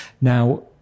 Now